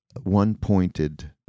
one-pointed